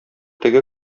теге